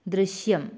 ദൃശ്യം